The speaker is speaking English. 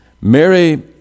Mary